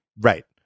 Right